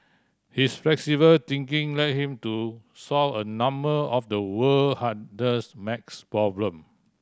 his flexible thinking led him to solve a number of the world hardest max problem